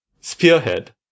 Spearhead